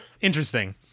Interesting